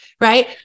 right